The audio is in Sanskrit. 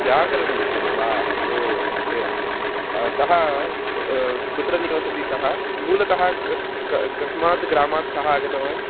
व्याकरणविषये वा ओ एवं सः कुत्र निवसति सः मूलतः कस्मात् कः कस्मात् ग्रामात् सः आगतवान्